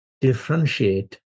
differentiate